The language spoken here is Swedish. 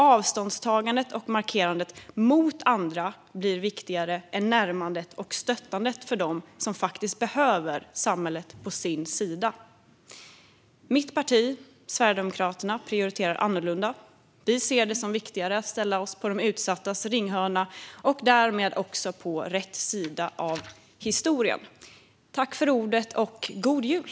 Avståndstagandet och markerandet mot andra blir viktigare än närmandet till och stöttandet av dem som behöver samhället på sin sida. Mitt parti, Sverigedemokraterna, prioriterar annorlunda. Vi ser det som viktigare att ställa oss i de utsattas ringhörna och därmed också på rätt sida av historien. Tack för ordet och god jul!